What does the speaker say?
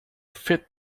fit